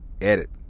edit